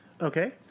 Okay